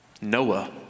Noah